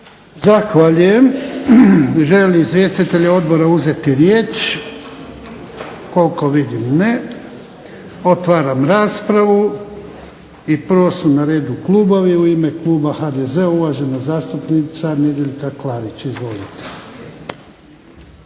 Zahvaljujem. Žele li izvjestitelji odbora uzeti riječ? Koliko vidim ne. Otvaram raspravu. Prvo su na redu klubovi. U ime kluba HDZ-a uvažena zastupnica Nedjeljka Klarić. Izvolite.